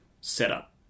setup